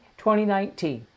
2019